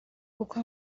kuko